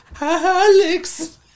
Alex